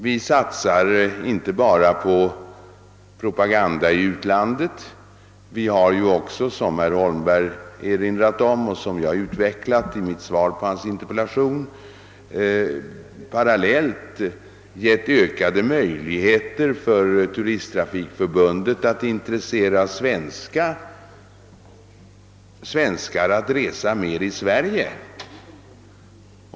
Vi satsar inte bara på propaganda i utlandet, utan vi har också — som herr Holmberg erinrat om och jag utvecklat i mitt svar på hans interpellation — parallellt därmed gett ökade möjligheter för Turisttrafikförbundet att intressera svenskar för att resa mer i Sverige.